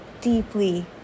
deeply